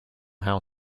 how